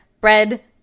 bread